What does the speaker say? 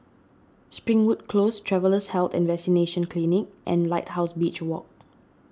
Springwood Close Travellers' Health and Vaccination Clinic and Lighthouse Beach Walk